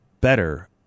better